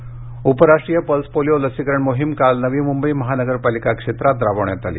नवी मुंबई उपराष्ट्रीय pulse polio लसीकरण मोहीम काल नवी मुंबई महानगरपालिका क्षेत्रात राबविण्यात आली